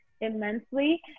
immensely